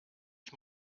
ich